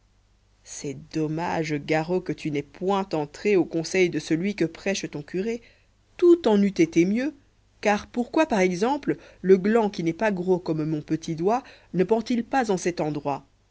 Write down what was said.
c'est dommage garo que tu n'es point entré au conseil de celui que prêche ton curé tout en eût été mieux car pourquoi par exemple le gland qui n'est pas gros comme mon petit doigt ne pend-il pas en cet endroit